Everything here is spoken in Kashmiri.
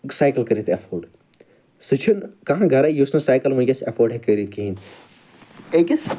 سایکل کٔرِتھ ایٚفٲرڈ سُہ چھُنہٕ کانٛہہ گھرٕ یُس نہٕ سایکل وُنٛکیٚس ایٚفٲرڈ ہیٚکہِ کٔرِتھ کِہیٖنۍ أکِس